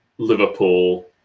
Liverpool